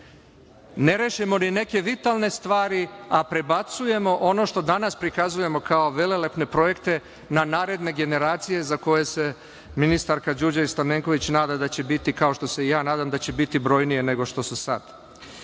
Ne rešimo li neke vitalne stvari, a prebacujemo ono što danas prikazujemo kao velelepne projekte na naredne generacije za koje se ministarka Đurđević Stamenković nada da će biti, kao što se i ja nadam, da će biti brojnije nego što su